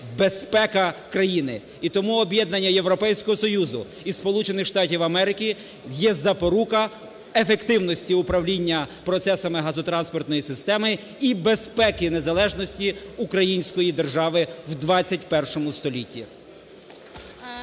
безпека країни. І тому об'єднання Європейського Союзу і Сполучених Штатів Америки є запорука ефективності управління процесами газотранспортної системи і безпеки незалежності української держави в ХХІ столітті.